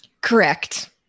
Correct